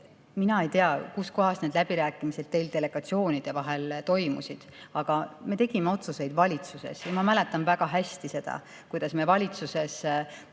mina ei tea, kus kohas need läbirääkimised teil delegatsioonide vahel toimusid. Aga me tegime valitsuses otsuseid ja ma mäletan väga hästi, kuidas me valitsuses arutasime